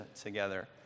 together